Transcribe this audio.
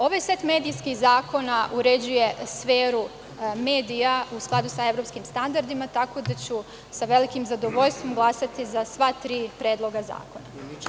Ovaj set medijskih zakona uređuje sferu medija u skladu sa evropskim standardima, tako da ću sa velikim zadovoljstvom glasati za sva tri predloga zakona.